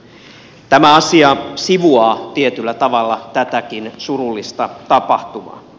tämä asia sivuaa tietyllä tavalla tätäkin surullista tapahtumaa